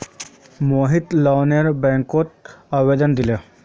मोहित लोनेर बैंकत आवेदन दिले